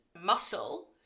muscle